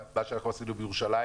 גם מה שאנחנו עשינו בירושלים